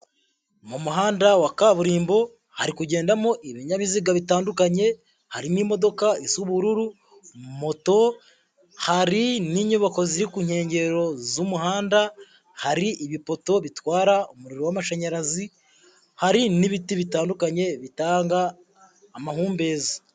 Mu muhanda wa kaburimbo hari kugendamo ibinyabiziga bitandukanye harimo imodoka z'ubururu, moto, hari n'inyubako ziri ku nkengero z'umuhanda, hari ibipoto bitwara umuriro w'amashanyarazi, hari n'ibiti bitandukanye bitanga amahumbezi.